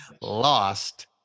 lost